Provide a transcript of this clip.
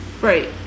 Right